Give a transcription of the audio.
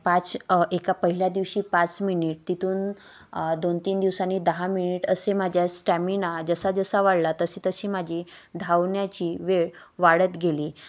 पाच एका पहिल्या दिवशी पाच मिनिट तिथुन दोन तीन दिवसांनी दहा मिनिट असे माझ्या स्टॅमिना जसा जसा वाढला तशी तशी माझी धावण्याची वेळ वाढत गेली